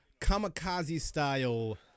kamikaze-style